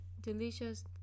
delicious